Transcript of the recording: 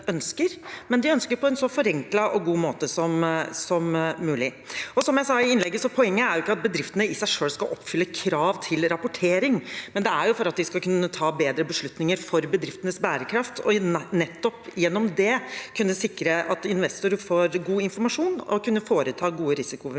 som de ønsker på en så forenklet og god måte som mulig. Som jeg sa i innlegget, er ikke poenget at bedriftene i seg selv skal oppfylle krav til rapportering, men at de skal kunne ta bedre beslutninger for bedriftenes bærekraft, og nettopp gjennom det kunne sikre at investorer får god informasjon og kan foreta gode risikovurderinger.